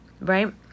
right